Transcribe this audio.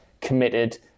committed